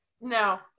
no